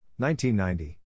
1990